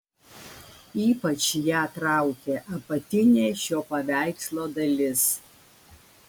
ypač ją traukė apatinė šio paveikslo dalis